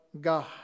God